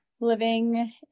living